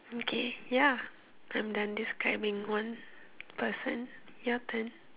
okay ya I'm done describing one person your turn